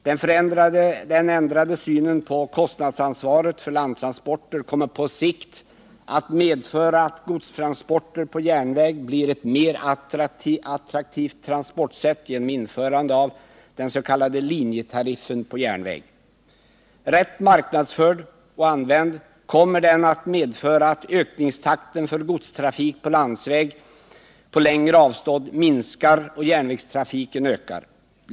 Den ändrade synen på kostnadsansvaret för landtransporter kommer på sikt att medföra att godstransporter på järnväg blir ett mer attraktivt transportsätt genom införande av dens.k. linjetariffen på järnväg. Rätt marknadsförd och använd kommer den att medföra att ökningstakten för godstrafik på landsväg på längre avstånd minskar och järnvägstrafiken ökar.